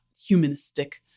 humanistic